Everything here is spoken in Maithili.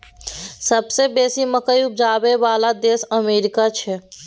सबसे बेसी मकइ उपजाबइ बला देश अमेरिका छै